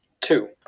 Two